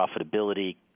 profitability